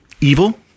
evil